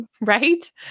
Right